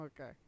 okay